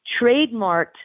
trademarked